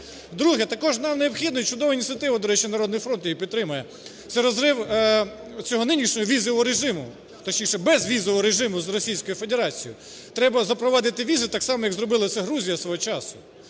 Друге. Також нам необхідно, й чудова ініціатива, до речі, "Народний фронт" її підтримає, це розрив цього нинішнього візового режиму, точніше безвізового режиму з Російською Федерацією. Треба запровадити візи, так само, як зробили це Грузія свого часу.